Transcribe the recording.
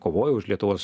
kovojo už lietuvos